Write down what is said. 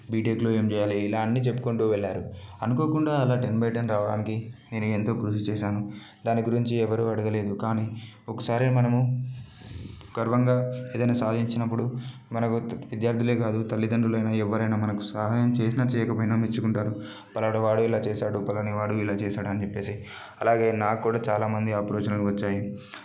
బీటెక్లో ఏం చేయాలి ఇలా అన్నీ చెప్పుకుంటూ వెళ్ళారు అనుకోకుండా అలా టెన్ బై టెన్ రావడానికి నేను ఎంతో కృషి చేసాను దాని గురించి ఎవరు అడగలేదు కానీ ఒకసారి మనము గర్వంగా ఏదైనా సాధించినప్పుడు మన విద్యార్థులే గాదు తల్లిదండ్రులైనా ఎవ్వరైనా మనకు సహాయం చేసినా చేయకపోయినా మెచ్చుకుంటారు పలానా వాడు ఇలా చేసాడు పలానా వాడు ఇలా చేసాడు అని చెప్పేసి అలాగే నాకు కూడా చాలా మంది అప్రోచనలు వచ్చాయి